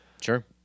Sure